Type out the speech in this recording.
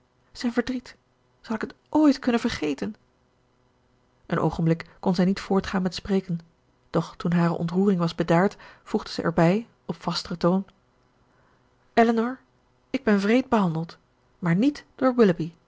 elkaar weerzagen zijn verdriet zal ik het ooit kunnen vergeten een oogenblik kon zij niet voortgaan met spreken doch toen hare ontroering was bedaard voegde zij erbij op vasteren toon elinor ik ben wreed behandeld maar niet